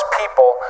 people